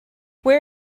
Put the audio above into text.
where